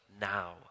now